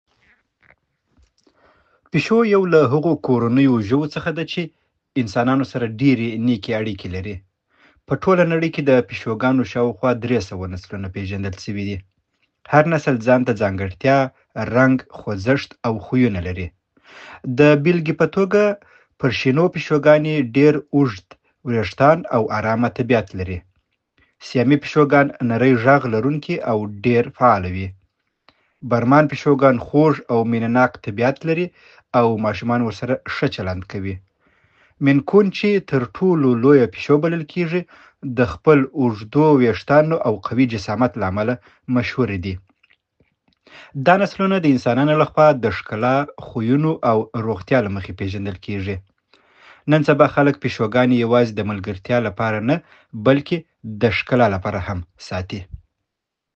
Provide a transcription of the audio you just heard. پيشو يو له هغو کورنيو ژوو څخه ده چی انسانانو سره ډیری نیکی اړیکی لری. په ټوله نړی کی د پیشوګانو شاوخوا دری سوه نسلونه پیژندل سوی دی. هر نسل ځانته ځانګړتیا، رنګ،‌ خوځشت او خویونه لری. د بیلګی په توګه پرشینو پیشوګانی ډیر اوږده وریښتان او ارامه طبیعت لری. سیامۍ پیشوګان، ‌نری ږغ لرونکی، او ډیر فعال وی. برمان پیشوګان خوږ او مینه ناک طبیعت لری ‌او ماشومان ورسره ښه چلند کوي. مین کون چې تر ټوله لویه پیشو بلل کیژی، د خپلو اوژدو ویشتانو او قوی جسامت له امله مشهوره دي. دا نسلونه د انسانانو لخوا د ښکلا،‌ خویونو او روغتیا له مخی پیژندل کیژی. نن سبا خلک پیشوګانی یوازی د ملګرتیا لپاره نه بلکه د ښکلا لپاره هم ساتی.